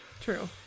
True